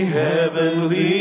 heavenly